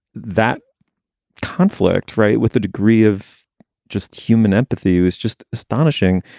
that conflict. right. with the degree of just human empathy is just astonishing.